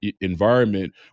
environment